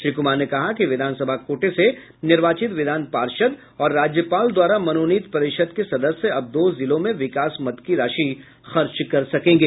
श्री कुमार ने कहा कि विधानसभा कोटे से निर्वाचित विधान पार्षद और राज्यपाल द्वारा मनोनीत परिषद् के सदस्य अब दो जिलों में विकास मद की राशि खर्च कर सकेंगे